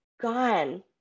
gone